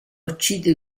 uccide